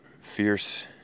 Fierce